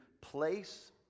place